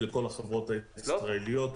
בכל החברות הישראליות.